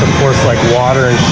force like water